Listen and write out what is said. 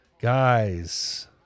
Guys